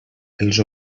els